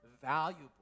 valuable